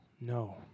no